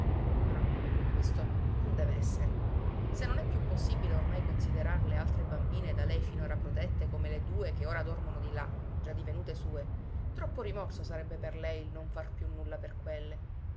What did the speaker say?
ma no questo no non dev'essere se non è più possibile ormai considerar le altre bambine da lei finora protette come le due che ora dormono di là già divenute sue troppo rimorso sarebbe per lei il non far più nulla per quelle